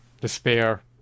despair